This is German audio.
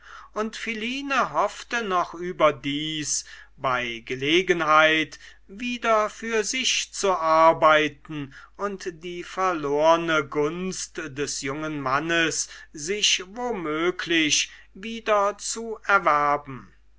und philine hoffte noch überdies bei gelegenheit wieder für sich zu arbeiten und die verlorne gunst des jungen mannes sich womöglich wieder zu erwerben